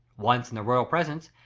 once in the royal presence,